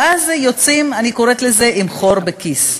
ואז יוצאים, אני קוראת לזה, עם חור בכיס.